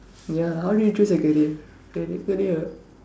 ya how did you choose your career ca~ career